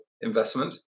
investment